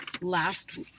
last